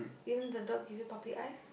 even the dog give you puppy eyes